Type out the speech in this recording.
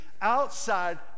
outside